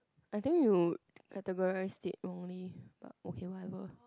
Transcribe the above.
I think you categorize it wrongly but okay whatever